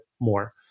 more